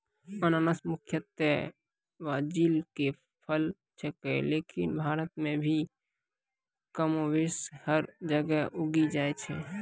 अनानस मुख्यतया ब्राजील के फल छेकै लेकिन भारत मॅ भी कमोबेश हर जगह उगी जाय छै